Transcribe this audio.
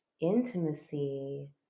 intimacy